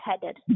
headed